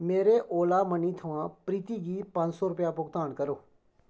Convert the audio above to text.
मेरे Ola Money थमां प्रीती गी पंज सौ रपेआ भुगतान करो